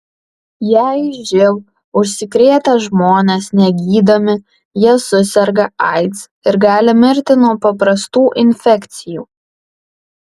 jei živ užsikrėtę žmonės negydomi jie suserga aids ir gali mirti nuo paprastų infekcijų